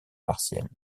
martienne